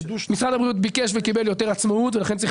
משרד הבריאות ביקש וקיבל יותר עצמאות, לכן הוא